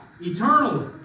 eternally